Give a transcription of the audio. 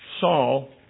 Saul